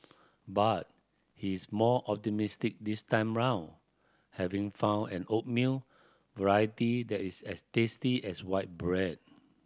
but he is more optimistic this time round having found an oatmeal variety that is as tasty as white bread